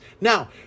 Now